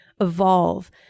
evolve